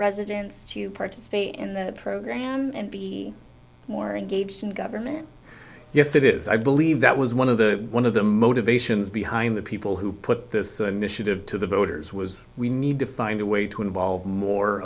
residents to participate in the program and be more engaged in government yes it is i believe that was one of the one of the motivations behind the people who put this initiative to the voters was we need to find a way to involve more